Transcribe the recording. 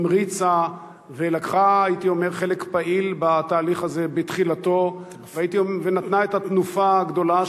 המריצה ולקחה חלק פעיל בתהליך הזה בתחילתו ונתנה את התנופה הגדולה,